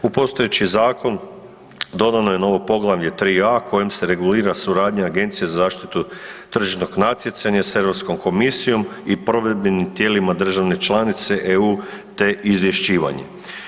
U postojeći zakon dodano je novo poglavlje 3.a kojim se regulira suradnja Agencije za zaštitu tržišnog natjecanja sa Europskom komisijom i provedbenim tijelima države članice EU te izvješćivanje.